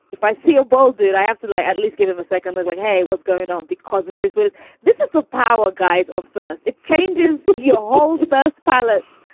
if i see a ball, do i have to like at least give him a second look like, hey, what's going on? because the first one is this is the power guys of birth. it changes your whole best palate.